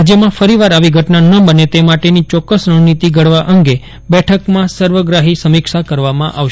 રાજ્યમાં ફરીવાર આવી ઘટના ન બને તે માટેની યોક્ક્સ રણનીતિ ઘડવા અંગે બેઠકમાં સર્વગ્રાહી સમીક્ષા કરવામાં આવશે